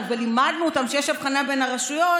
ולימדנו אותם שיש הבחנה בין הרשויות,